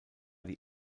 die